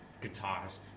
guitars